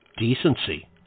decency